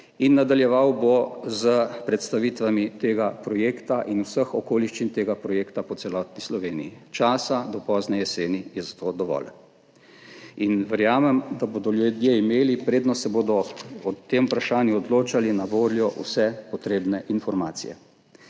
in nadaljeval bo s predstavitvami tega projekta in vseh okoliščin tega projekta po celotni Sloveniji. Časa do pozne jeseni je zato dovolj. Verjamem, da bodo ljudje imeli, preden se bodo odločali o tem vprašanju, na voljo vse potrebne informacije.